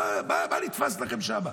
מה נתפס לכם שם?